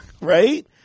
right